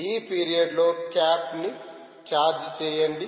ఈ పీరియడ్ లో క్యాప్ ని ఛార్జ్ చేయండి